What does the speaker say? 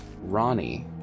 Ronnie